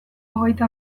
hogeita